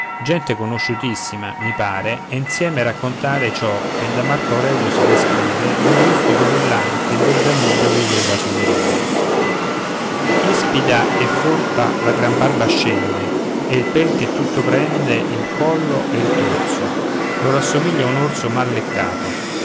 gente conosciutissima mi pare e insieme raccontare ciò che da marco aurelio si descrive d'un rustico villan che del danubio viveva sulle rive ispida e folta la gran barba scende e il pel che tutto prende il collo e il torso lo rassomiglia a un orso mal leccato